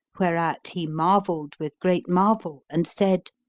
whereat he marvelled with great marvel and said,